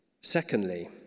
Secondly